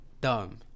Dumb